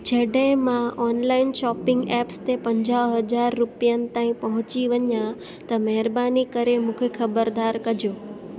जॾहिं मां online shopping apps ते पंजाह हज़ार रूपियनि ताईं पहुची वञा त महिरबानी करे मूंखे ख़बरदार कजो